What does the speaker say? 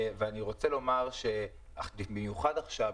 אני רוצה לומר שבמיוחד עכשיו,